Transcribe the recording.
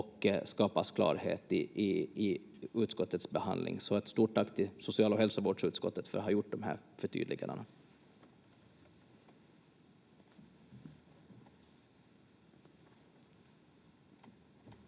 skapas i utskottets behandling. Ett stort tack till social- och hälsovårdsutskottet för att ha gjort de här förtydligandena.